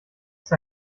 ist